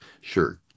sure